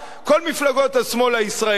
כל מפלגות השמאל הישראלי,